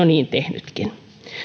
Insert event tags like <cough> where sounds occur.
<unintelligible> niin tehnytkin